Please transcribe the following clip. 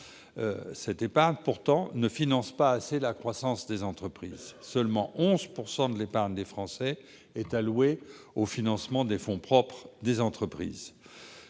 Cependant, elle ne finance pas assez la croissance des entreprises : seulement 11 % de l'épargne des Français est alloué au financement des fonds propres des entreprises,